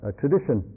tradition